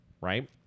right